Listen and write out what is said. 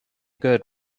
good